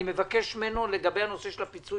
אני מבקש ממנו שהממשלה תקבל החלטה בנוגע לפיצוי